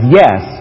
yes